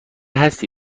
هستی